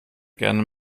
gerne